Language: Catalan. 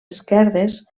esquerdes